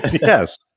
Yes